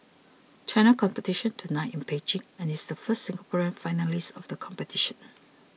China competition tonight in Beijing and is the first Singaporean finalist of the competition